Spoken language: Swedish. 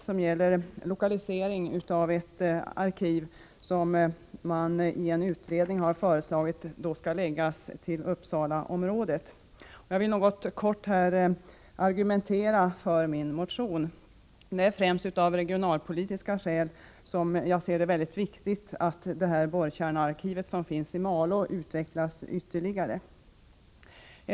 Den gäller lokalisering av ett arkiv, som man i en utredning har föreslagit skall förläggas till Uppsalaområdet. Jag skall något argumentera för min motion. Det är främst av regionalpolitiska skäl som jag finner det angeläget att borrkärnearkivet i Malå utvecklas ytterligare.